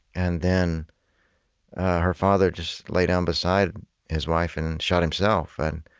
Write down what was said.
and then her father just lay down beside his wife and shot himself and